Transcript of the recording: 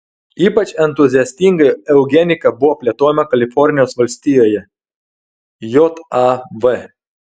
ypač entuziastingai eugenika buvo plėtojama kalifornijos valstijoje jav